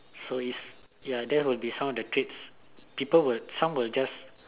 so it's ya so that will be some of the traits some will just